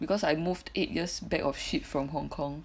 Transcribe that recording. because I moved eight years back of shit from Hong Kong